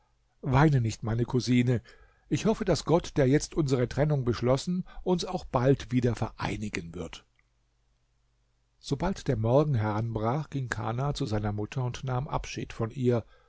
weine nicht meine cousine ich hoffe daß gott der jetzt unsere trennung beschlossen uns auch bald wieder vereinigen wird sobald der morgen heranbrach ging kana zu seiner mutter und nahm abschied von ihr